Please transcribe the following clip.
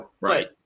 Right